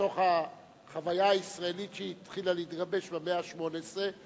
בתוך החוויה הישראלית שהתחילה להתגבש במאה ה-18,